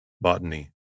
Botany